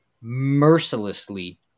mercilessly